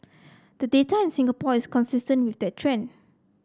the data in Singapore is consistent with that trend